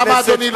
למה אדוני,